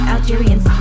Algerians